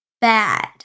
bad